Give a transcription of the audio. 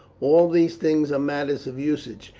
all these things are matters of usage,